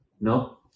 No